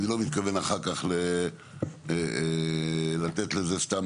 אני לא מתכוון אחר כך לתת לזה סתם